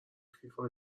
فیفا